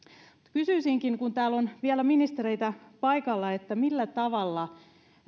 kysyisinkin kun täällä on vielä ministereitä paikalla millä tavalla